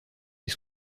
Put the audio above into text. les